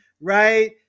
right